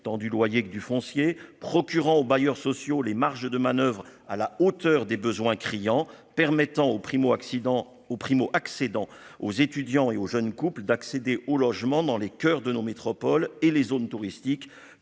tendu loyer que du foncier procurant aux bailleurs sociaux, les marges de manoeuvre à la hauteur des besoins criants permettant aux primo-accident aux primo-accédants aux étudiants et aux jeunes couples d'accéder au logement dans les coeurs de nos métropoles et les zones touristiques